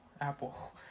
Apple